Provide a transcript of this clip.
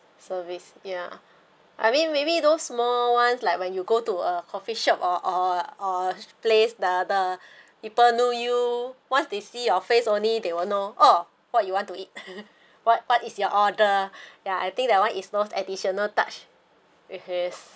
service ya I mean maybe those small ones like when you go to a coffee shop or or or place the the people know you once they see your face only they will know oh what you want to eat what what is your order ya I think that one is most additional touch which is